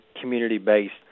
community-based